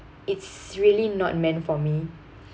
it's really not meant for me